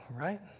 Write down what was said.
right